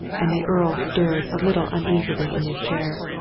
and the earl stirred a little uneasily in his chair.